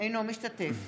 אינו משתתף